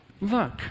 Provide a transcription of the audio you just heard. look